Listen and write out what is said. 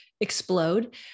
explode